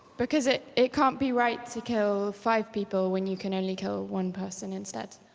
because it it can't be right to kill five people when you can only kill one person instead.